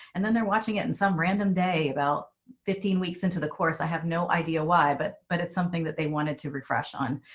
and then they're watching it in some random day, about fifteen weeks into the course. i have no idea why, but but it's something that they wanted to refresh on.